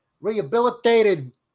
Rehabilitated